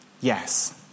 Yes